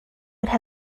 would